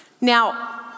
Now